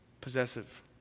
possessive